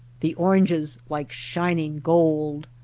the oranges like shining gold.